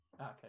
Okay